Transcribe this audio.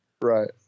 Right